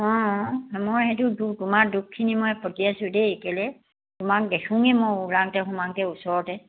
অঁ মই সেইটো তোমাৰ দুখখিনি মই পটিয়াইছোঁ দেই কেলে তোমাক দেখোঁ মই ওলাওতে সোমাওতে ওচৰতে